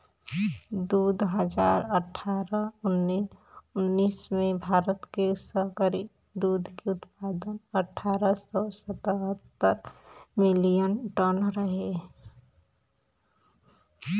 दू हज़ार अठारह उन्नीस में भारत के सगरी दूध के उत्पादन अठारह सौ सतहत्तर मिलियन टन रहे